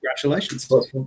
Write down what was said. congratulations